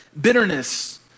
bitterness